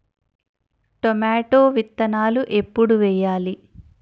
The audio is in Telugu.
టొమాటో విత్తనాలు ఎప్పుడు వెయ్యాలి?